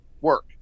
work